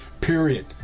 Period